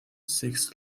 six